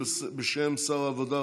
בשם שר העבודה,